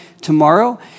tomorrow